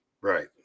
Right